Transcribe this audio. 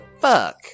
Fuck